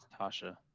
Tasha